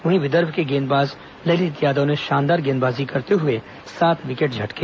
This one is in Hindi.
वहीं विदर्भ के गेंदबाज ललित यादव ने शानदार गेंदबाजी करते हुए सात विकेट झटके